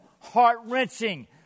heart-wrenching